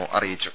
O അറിയിച്ചു